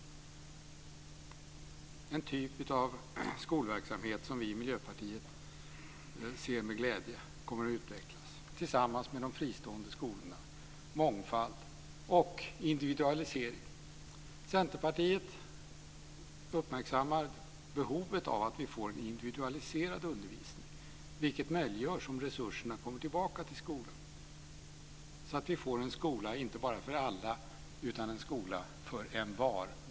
Det är en typ av skolverksamhet som vi i Miljöpartiet med glädje ser kommer att utvecklas tillsammans med de fristående skolorna - mångfald och individualisering. Centerpartiet uppmärksammar behovet av att få individualiserad undervisning, vilket möjliggörs om resurserna kommer tillbaka till skolan, så att vi får en skola inte bara för alla utan en skola för envar.